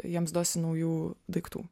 jiems duosi naujų daiktų